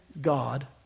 God